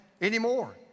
anymore